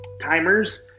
timers